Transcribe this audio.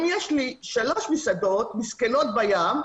אם יש לי שלוש מסעדות מסכנות בים,